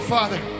Father